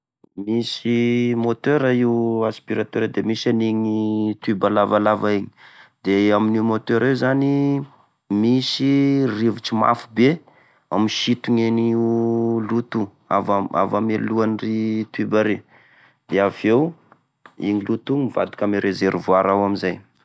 Misy motera io aspiratera de misy an'igny tube lavalava igny, de amin'io motera io zany misy rivotry mafy be misintony en'io loto io, avy ame lohany iry tube iry de avy eo igny loto igny mivadika ao ame reservoir ao amizay.